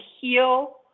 heal